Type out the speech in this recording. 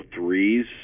threes